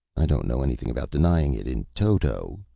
i don't know anything about denying it in toto,